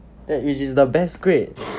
like which is the best grade